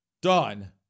done